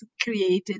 created